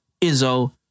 Izzo